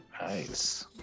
Nice